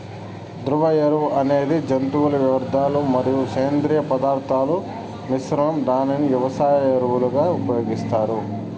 ద్రవ ఎరువు అనేది జంతువుల వ్యర్థాలు మరియు సేంద్రీయ పదార్థాల మిశ్రమం, దీనిని వ్యవసాయ ఎరువులుగా ఉపయోగిస్తారు